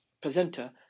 presenter